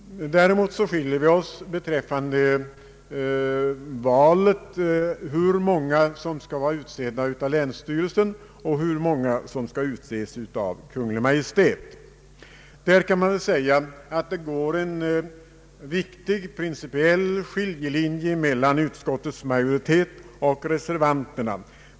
Däremot skiljer sig våra uppfattningar om hur många som skall väljas av landstingen och hur många som skall utses av Kungl. Maj:t. På den punkten kan man säga att det går en viktig principiell skiljelinje mellan utskottsmajoriteten och reservanterna.